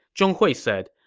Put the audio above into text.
zhong hui said,